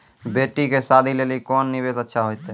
बेटी के शादी लेली कोंन निवेश अच्छा होइतै?